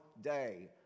day